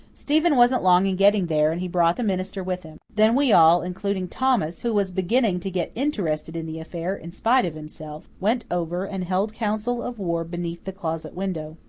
stephen wasn't long in getting there and he brought the minister with him. then we all, including thomas who was beginning to get interested in the affair in spite of himself went over and held council of war beneath the closet window.